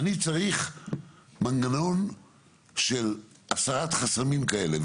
אני צריך מנגנון של הסרת חסמים כאלה,